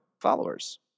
followers